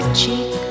cheek